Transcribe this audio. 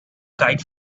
kite